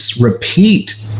repeat